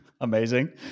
Amazing